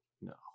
No